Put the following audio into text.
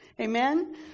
Amen